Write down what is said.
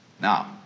Now